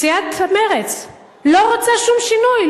סיעת מרצ לא רוצה שום שינוי,